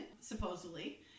supposedly